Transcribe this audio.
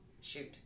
shoot